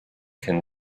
can